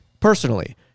personally